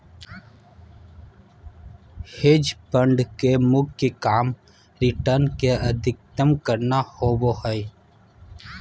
hedge fund के मुख्य काम रिटर्न के अधीकतम करना होबो हय